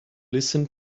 listen